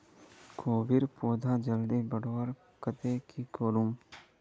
कोबीर पौधा जल्दी बढ़वार केते की करूम?